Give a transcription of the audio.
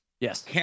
Yes